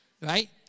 right